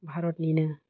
भारतनिनो